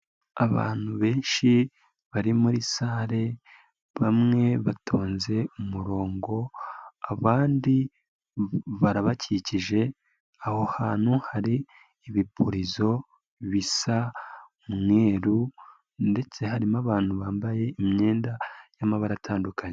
Abantu benshi bari muri sale bamwe batonze umurongo, abandi barabakikije, aho hantu hari ibipurizo bisa umweru ndetse harimo abantu bambaye imyenda y'amabara atandukanye.